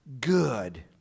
good